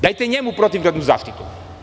Dajte njemu protivgradnu zaštitu.